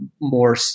more